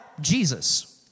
Jesus